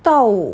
到